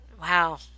Wow